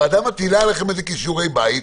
הוועדה מטילה עליכם כשיעורי בית,